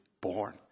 born